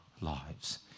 lives